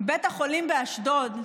בית החולים באשדוד,